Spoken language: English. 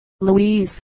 Louise